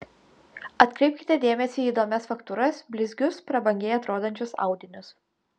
atkreipkite dėmesį į įdomias faktūras blizgius prabangiai atrodančius audinius